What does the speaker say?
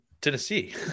Tennessee